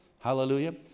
Hallelujah